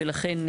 ולכן,